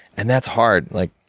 and, that's hard. like,